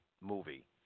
movie